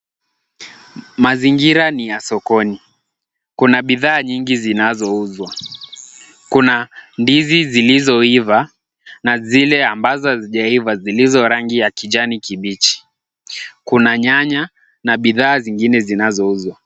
Mazingira ni ya sokoni. Kuna bidhaa nyingi zinazouzwa. Kuna ndizi zilizoiva na zile ambazo hazijaiva zilizo rangi ya kijani kibichi. Kuna nyanya na bidhaa nyingine zinazouzwa.